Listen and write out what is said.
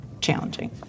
challenging